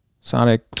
Sonic